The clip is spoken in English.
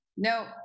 No